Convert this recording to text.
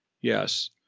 Yes